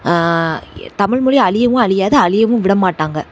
தமிழ் மொழி அழியவும் அழியாது அழியவும் விட மாட்டாங்க